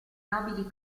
nobili